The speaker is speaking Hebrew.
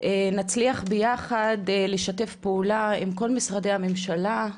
נצליח ביחד לשתף פעולה עם כל משרדי הממשלה,